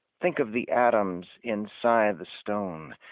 think of the atoms inside the stone.